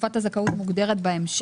תקופת הזכאות מוגדרת בהמשך.